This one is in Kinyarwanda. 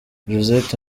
josette